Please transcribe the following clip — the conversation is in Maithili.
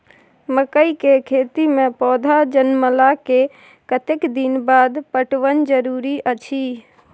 मकई के खेती मे पौधा जनमला के कतेक दिन बाद पटवन जरूरी अछि?